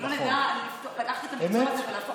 אם לא נדע לקחת את המקצוע הזה ולהפוך